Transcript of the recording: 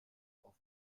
auf